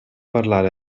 parlare